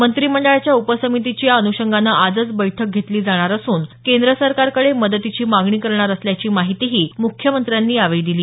मंत्रिमंडळाच्या उपसमितीची या अनुषंगानं आजच बैठक घेतली जाणार असून केंद्र सरकारकडे मदतीची मागणी करणार असल्याची माहितीही मुख्यमंत्र्यांनी यावेळी दिली